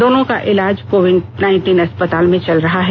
दोनों का इलाज कोविड अस्पताल में चल रहा है